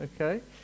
okay